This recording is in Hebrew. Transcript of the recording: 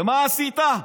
ומה עשית?